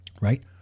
right